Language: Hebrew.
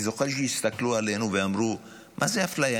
אני זוכר שהסתכלו עלינו ואמרו: מה זה אפליה?